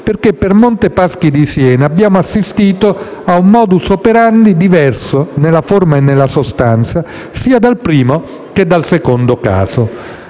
Siena. Per Monte dei paschi di Siena abbiamo assistito a un *modus operandi* diverso nella forma e nella sostanza, sia dal primo che dal secondo caso.